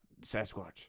Sasquatch